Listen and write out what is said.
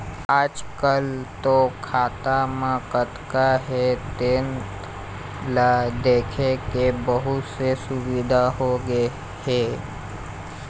आजकाल तो खाता म कतना हे तेन ल देखे के बहुत से सुबिधा होगे हे